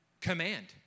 command